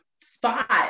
spot